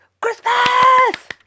Christmas